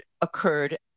occurred